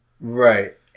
Right